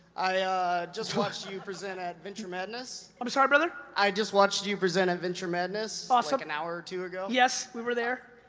i i just watched you present at venture madness. i'm sorry, brother? i just watched you present at venture madness, ah so like an hour or two ago. yes, we were there.